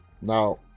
now